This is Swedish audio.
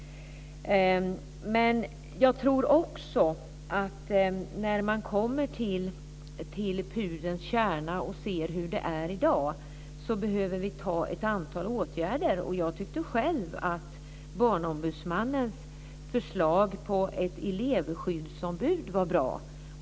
Men jag tror också att vi, när vi kommer till pudelns kärna och ser hur det är i dag, behöver vidta ett antal åtgärder. Jag tyckte själv att Barnombudsmannens förslag om ett elevskyddsombud var bra.